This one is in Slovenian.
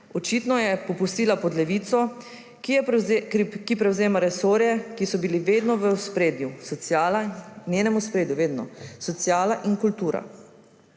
Očitno je popustila pod Levico, ki prevzema resorje, ki so bili vedno v njenem ospredju, sociala in kultura.